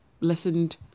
listened